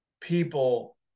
people